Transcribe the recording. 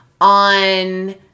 on